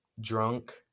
drunk